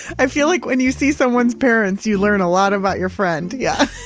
i feel like when you see someone's parents you learn a lot about your friend, yeah